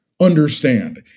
understand